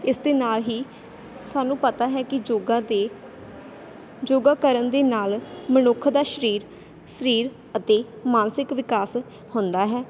ਇਸ ਦੇ ਨਾਲ ਹੀ ਸਾਨੂੰ ਪਤਾ ਹੈ ਕਿ ਯੋਗਾ ਅਤੇ ਯੋਗਾ ਕਰਨ ਦੇ ਨਾਲ ਮਨੁੱਖ ਦਾ ਸਰੀਰ ਸਰੀਰ ਅਤੇ ਮਾਨਸਿਕ ਵਿਕਾਸ ਹੁੰਦਾ ਹੈ